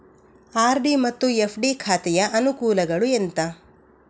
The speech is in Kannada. ಆರ್.ಡಿ ಮತ್ತು ಎಫ್.ಡಿ ಖಾತೆಯ ಅನುಕೂಲಗಳು ಎಂತ?